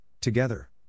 together